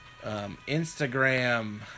Instagram